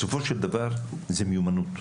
בסופו של דבר זה מיומנות.